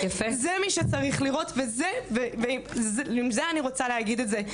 אלו מי שצריך לראות ועם זה אני רוצה להגיד את זה,